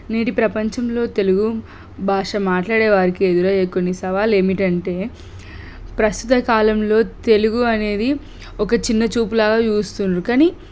నేటి ప్రపంచంలో తెలుగు భాష మాట్లాడే వారికి ఎదురయ్యే కొన్ని సవాళ్ళు ఏమిటంటే ప్రస్తుతకాలంలో తెలుగు అనేది ఒక చిన్న చూపులాగా చూస్తున్నారు కానీ